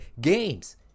games